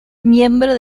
miembro